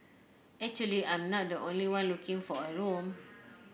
actually I'm not the only one looking for a room